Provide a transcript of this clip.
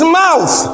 mouth